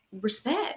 Respect